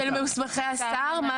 מוסמכי השר.